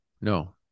no